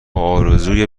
آرزوی